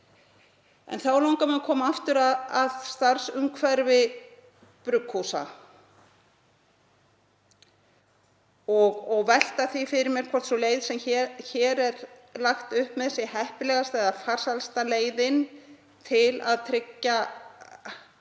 En þá langar mig að koma aftur að starfsumhverfi brugghúsa og velti fyrir mér hvort sú leið sem hér er lagt upp með sé heppilegasta eða farsælasta leiðin til að tryggja